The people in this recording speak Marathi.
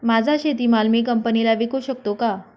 माझा शेतीमाल मी कंपनीला विकू शकतो का?